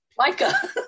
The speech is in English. Micah